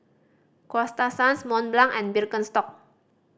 Coasta Sands Mont Blanc and Birkenstock